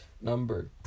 number